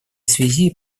связи